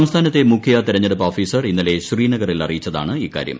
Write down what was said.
സംസ്ഥാനത്തെ മുഖ്യ തെരഞ്ഞെടുപ്പ് ഓഫീസർ ഇന്നലെ ശ്രീനഗറിൽ അറിയിച്ചതാണ് ഇക്കാര്യം